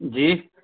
جی